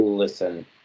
Listen